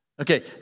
Okay